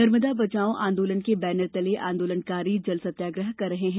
नर्मदा बचाओ आंदोलन के बैनर तले आंदोलनकारी जल सत्याग्रह कर रहे हैं